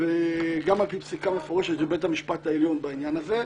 וגם על פי פסיקה מפורשת של בית המשפט העליון בעניין הזה,